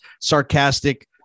sarcastic